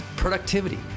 productivity